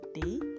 day